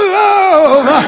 love